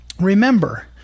remember